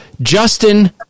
Justin